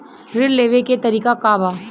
ऋण लेवे के तरीका का बा?